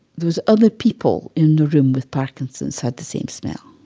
those other people in the room with parkinson's had the same smell.